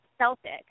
Celtic